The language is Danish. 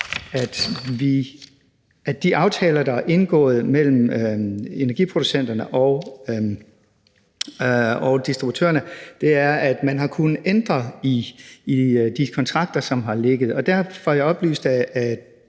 at de aftaler, der er indgået mellem energiproducenterne og distributørerne, er, at man har kunnet ændre i de kontrakter, som har ligget. Der får jeg oplyst af